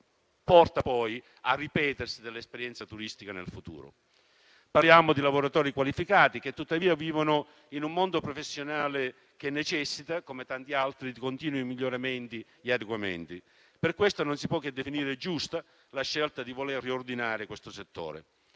porta poi al ripetersi dell'esperienza turistica nel futuro. Parliamo di lavoratori qualificati che, tuttavia, vivono in un mondo professionale che necessita - come tanti altri - di continui miglioramenti e adeguamenti. Pertanto non si può che definire giusta la scelta di voler riordinare questo settore.